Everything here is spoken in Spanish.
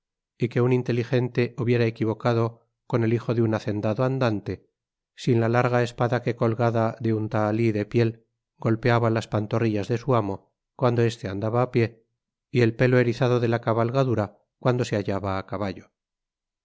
y que un inteligente hubiera equivocado con el hijo de un hacendado andante sin la larga espada que colgada de un tahali de piel golpeaba las pantorrillas de su amo cuando este anclaba á pié y el pelo erizado de la cabalgadura cuando se hallaba á caballo